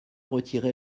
retirer